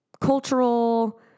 cultural